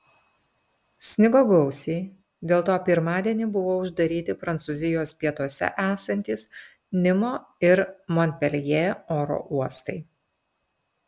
snigo gausiai dėl to pirmadienį buvo uždaryti prancūzijos pietuose esantys nimo ir monpeljė oro uostai